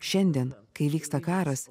šiandien kai vyksta karas